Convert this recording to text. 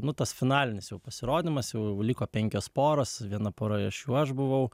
nu tas finalinis jau pasirodymas jau liko penkios poros viena pora iš jų aš buvau